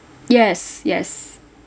yes yes